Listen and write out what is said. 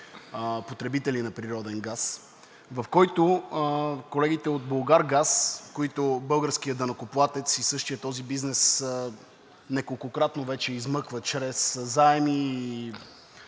потребители на природен газ, в който колегите от „Булгаргаз“, които българският данъкоплатец и същият този бизнес неколкократно вече измъква чрез заеми